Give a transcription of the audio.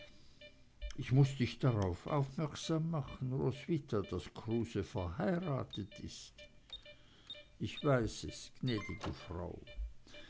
ich muß dich darauf aufmerksam machen roswitha daß kruse verheiratet ist ich weiß gnäd'ge frau